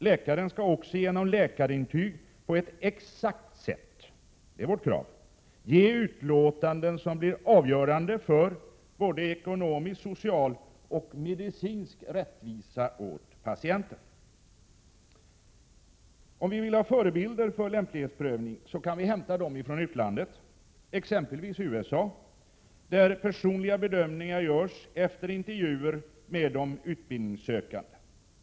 Läkaren skall också genom läkarintyg på ett exakt sätt — det är vårt krav — ge utlåtanden som blir avgörande för att patienten får ekonomisk, social och medicinsk rättvisa. Om vi vill ha förebilder för lämplighetsprövning kan vi hämta dem från utlandet, exempelvis USA, där personliga bedömningar görs efter intervjuer med de utbildningssökande.